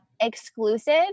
exclusive